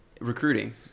Recruiting